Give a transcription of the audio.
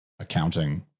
accounting